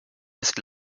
ist